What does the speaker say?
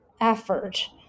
effort